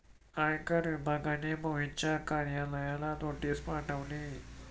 आयकर विभागाने मोहनच्या कार्यालयाला नोटीस पाठवली